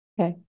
okay